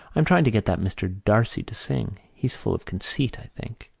i'm trying to get that mr. d'arcy to sing. he's full of conceit, i think.